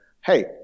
hey